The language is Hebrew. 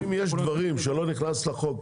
אם יש דברים שלא נכנס לחוק